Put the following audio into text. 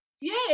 Yay